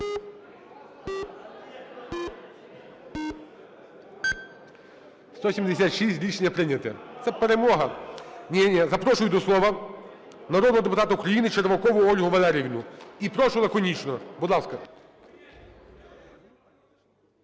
За-176 Рішення прийнято. Це перемога. Ні, ні. Запрошую до слова народного депутата України Червакову Ольгу Валеріївну. І прошу лаконічно. Будь ласка.